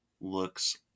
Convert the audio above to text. looks